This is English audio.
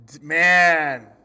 man